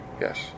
Yes